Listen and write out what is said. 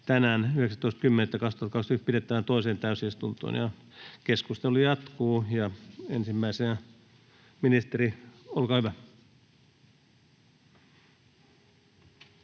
tänään 19.10.2021 pidettävään toiseen täysistuntoon. — Keskustelu jatkuu. Ensimmäisenä ministeri, olkaa hyvä.